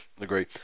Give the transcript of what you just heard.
agree